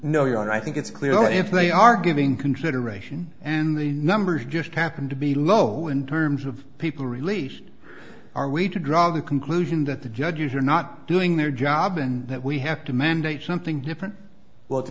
don't i think it's clear that if they are giving consideration and the numbers just happened to be low in terms of people relief are we to draw the conclusion that the judge you're not doing their job and that we have to mandate something different well to